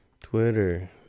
Twitter